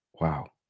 Wow